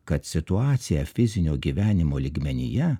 kad situacija fizinio gyvenimo lygmenyje